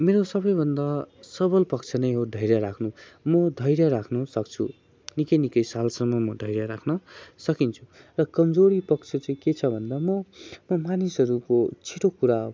मेरो सबैभन्दा सबल पक्ष नै हो धैर्य राख्नु म धैर्य राख्नु सक्छु निकै निकै सालसम्म म धैर्य राख्न सकिन्छु र कमजोरी पक्ष चाहिँ के छ भन्दा म म मानिसहरूको छिटो कुरा